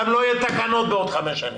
גם לא יהיו תקנות בעוד חמש שנים.